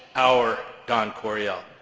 our don coryell.